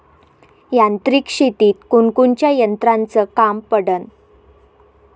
यांत्रिक शेतीत कोनकोनच्या यंत्राचं काम पडन?